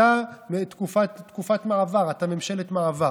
אתה בתקופת מעבר, אתה ממשלת מעבר.